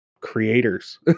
creators